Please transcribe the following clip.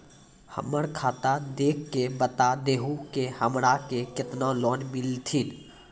हमरा खाता देख के बता देहु के हमरा के केतना लोन मिलथिन?